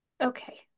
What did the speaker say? Okay